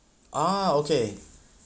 ah okay